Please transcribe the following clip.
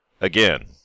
Again